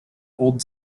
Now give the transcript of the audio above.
old